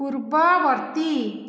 ପୂର୍ବବର୍ତ୍ତୀ